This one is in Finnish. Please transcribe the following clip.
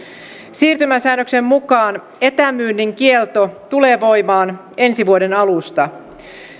siirtymäsäännöksen mukaan etämyynnin kielto tulee voimaan ensi vuoden alusta